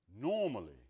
normally